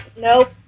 Nope